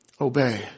Obey